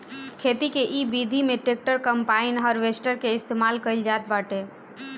खेती के इ विधि में ट्रैक्टर, कम्पाईन, हारवेस्टर के इस्तेमाल कईल जात बाटे